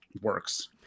works